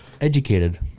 Educated